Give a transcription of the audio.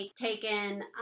taken